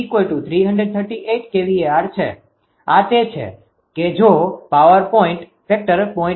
આ તે છે કે જો પોઇન્ટ પાવર ફેક્ટર 0